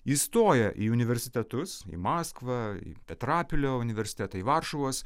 įstoja į universitetus į maskvą į petrapilio universitetą į varšuvos